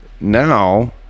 now